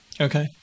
Okay